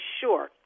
sure